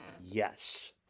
yes